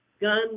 Gun